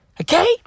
okay